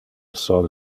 sol